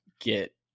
get